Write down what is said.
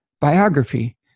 biography